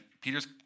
Peter's